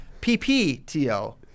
PPTO